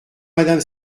madame